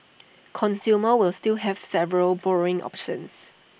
consumers will still have several borrowing options